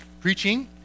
preaching